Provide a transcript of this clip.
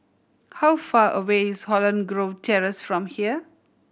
how far away is Holland Grove Terrace from here